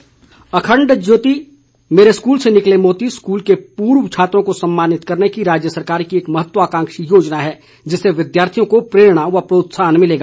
मारकंडा अखंड शिक्षा ज्योति मेरे स्कूल से निकले मोती स्कूल के पूर्व छात्रों को सम्मानित करने की राज्य सरकार की एक महत्वाकांक्षी योजना है जिससे विद्यार्थियों को प्रेरणा व प्रोत्साहन मिलेगा